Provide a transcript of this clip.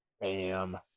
Bam